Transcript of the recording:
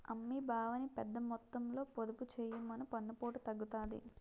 అమ్మీ బావని పెద్దమొత్తంలో పొదుపు చెయ్యమను పన్నుపోటు తగ్గుతాది